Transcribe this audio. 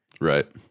right